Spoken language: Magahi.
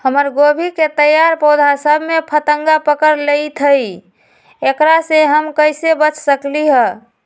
हमर गोभी के तैयार पौधा सब में फतंगा पकड़ लेई थई एकरा से हम कईसे बच सकली है?